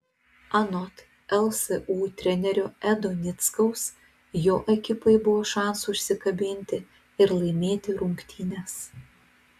anot lsu trenerio edo nickaus jo ekipai buvo šansų užsikabinti ir laimėti rungtynes